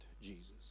Jesus